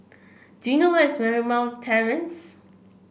do you know where is Marymount Terrace